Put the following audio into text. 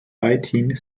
weithin